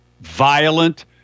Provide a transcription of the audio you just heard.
violent